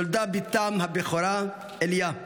נולדה בתם הבכורה אליה.